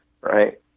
right